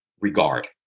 regard